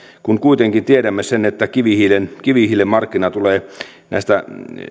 kun kuitenkin tiedämme sen että kivihiilen kivihiilen markkinahinta tulee näistä